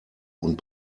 und